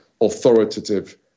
authoritative